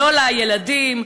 לא לילדים,